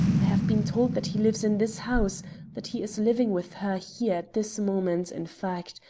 i have been told that he lives in this house that he is living with her here at this moment, in fact.